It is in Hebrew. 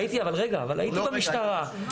הייתי במשטרה,